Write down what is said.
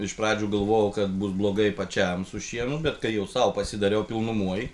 iš pradžių galvojau kad bus blogai pačiam su šienu bet kai jau sau pasidariau pilnumoj